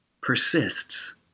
persists